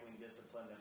discipline